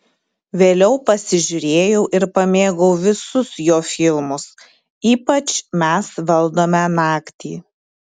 vėliau pasižiūrėjau ir pamėgau visus jo filmus ypač mes valdome naktį